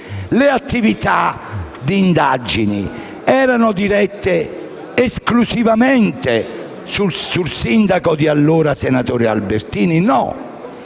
Le attività di indagine non erano dirette esclusivamente sul sindaco di allora, senatore Albertini, ma